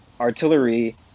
artillery